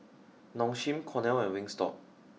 Nong Shim Cornell and Wingstop